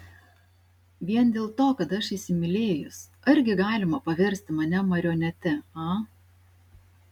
vien dėl to kad aš įsimylėjus argi galima paversti mane marionete a